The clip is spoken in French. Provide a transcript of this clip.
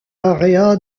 area